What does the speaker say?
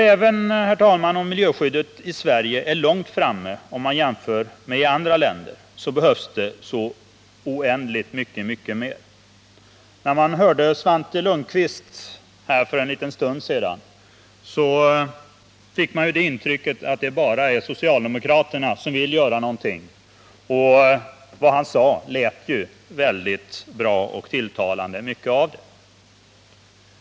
Även om, herr talman, miljöskyddet i Sveige är långt framme om man jämför det med andra länders, behöver oändligt mycket mer göras. När man hörde Svante Lundkvist tala här för en liten stund sedan fick man intrycket att det bara är socialdemokraterna som vill göra någonting härvidlag. Mycket av vad han sade lät bra och var tilltalande.